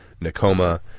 Nakoma